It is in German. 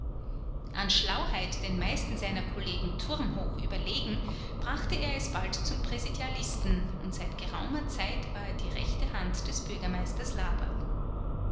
an schlauheit den meisten seiner kollegen turmhoch überlegen brachte er es bald zum präsidialisten und seit geraumer zeit war er die rechte hand des bürgermeisters laberl